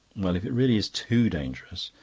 well, if it really is too dangerous,